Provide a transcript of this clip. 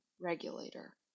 regulator